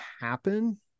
happen